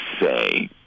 say